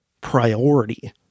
priority